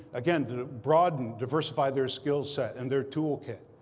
again, to broaden, diversify their skill set and their toolkit.